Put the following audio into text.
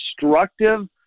destructive